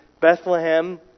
Bethlehem